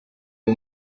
uyu